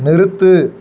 நிறுத்து